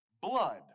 blood